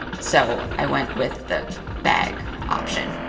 so i went with the bag option.